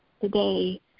today